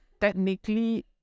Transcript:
Technically